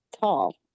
tall